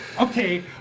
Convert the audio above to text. Okay